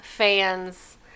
fans